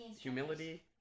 humility